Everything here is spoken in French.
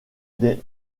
les